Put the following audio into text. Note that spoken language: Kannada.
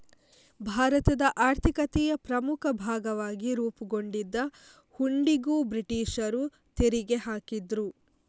ಭಾರತದ ಆರ್ಥಿಕತೆಯ ಪ್ರಮುಖ ಭಾಗವಾಗಿ ರೂಪುಗೊಂಡಿದ್ದ ಹುಂಡಿಗೂ ಬ್ರಿಟೀಷರು ತೆರಿಗೆ ಹಾಕಿದ್ರು